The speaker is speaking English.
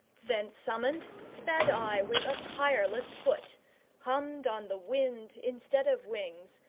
thence summoned, sped i with a tireless foot hummed on the wind, instead of wings,